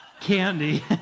candy